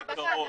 דקה.